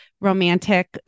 romantic